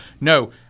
no